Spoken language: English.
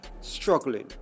struggling